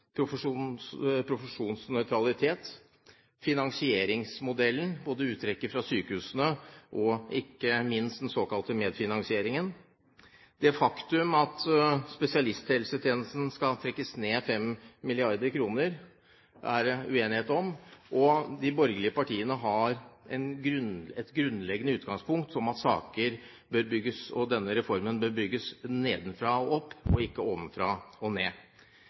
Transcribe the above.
pasientsikkerhet, profesjonsnøytralitet og finansieringsmodellen – både uttrekket fra sykehusene og ikke minst den såkalte medfinansieringen. Det faktum at spesialisthelsetjenesten skal trekkes ned 5 mrd. kr, er det uenighet om. De borgerlige partiene har det grunnleggende utgangspunkt at saker, og denne reformen, bør bygges nedenfra og opp, ikke ovenfra og ned.